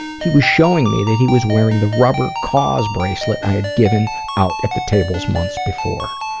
he was showing me that he was wearing the rubber cause bracelets i had given out at the tables months before.